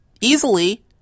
easily